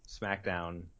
SmackDown